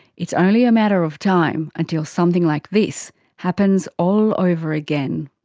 it's only a matter of time until something like this happens all over again.